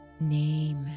Name